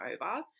over